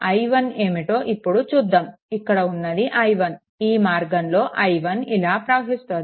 i1 ఏమిటో ఇప్పుడు చూద్దాము ఇక్కడ ఉన్నది i1 ఈ మార్గంలో i1 ఇలా ప్రవహిస్తోంది